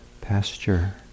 pasture